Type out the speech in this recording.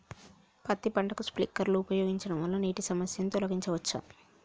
పత్తి పంటకు స్ప్రింక్లర్లు ఉపయోగించడం వల్ల నీటి సమస్యను తొలగించవచ్చా?